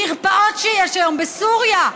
המרפאות שיש היום בסוריה,